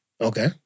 Okay